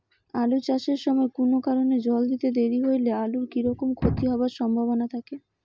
আলু চাষ এর সময় কুনো কারণে জল দিতে দেরি হইলে আলুর কি রকম ক্ষতি হবার সম্ভবনা থাকে?